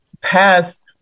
past